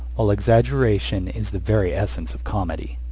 while exaggeration is the very essence of comedy.